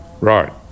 Right